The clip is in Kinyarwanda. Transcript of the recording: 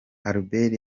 albert